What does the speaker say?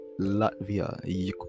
Latvia